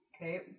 Okay